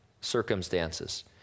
circumstances